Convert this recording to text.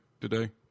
today